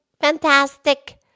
Fantastic